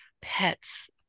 pets